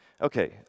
Okay